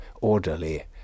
orderly